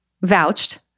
vouched